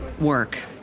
work